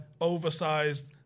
oversized